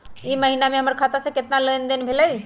ई महीना में हमर खाता से केतना लेनदेन भेलइ?